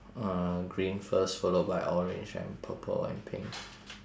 uh green first followed by orange and purple and pink